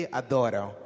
adoram